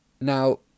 Now